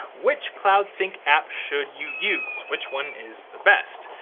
which cloud sync app should you use, which one is the best?